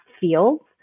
fields